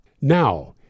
Now